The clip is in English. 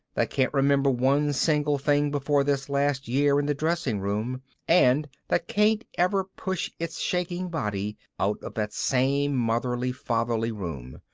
that can't remember one single thing before this last year in the dressing room and that can't ever push its shaking body out of that same motherly fatherly room,